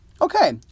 okay